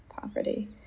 poverty